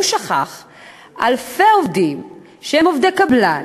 הוא שכח אלפי עובדים שהם עובדי קבלן,